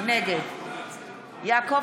נגד יעקב